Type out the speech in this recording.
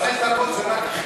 חמש דקות זה רק החימום,